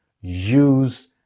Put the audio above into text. use